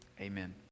Amen